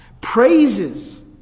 praises